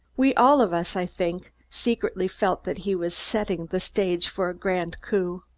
we all of us, i think, secretly felt that he was setting the stage for a grand coup.